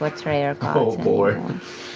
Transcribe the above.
like travis oh boy.